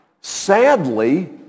sadly